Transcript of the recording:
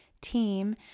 team